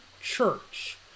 Church